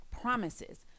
promises